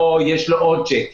או שיש לו עוד שיקים,